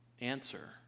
answer